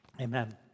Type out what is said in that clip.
Amen